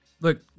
look